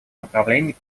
направлений